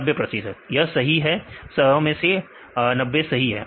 90 प्रतिशत यह सही है 100 मे से 90 सही है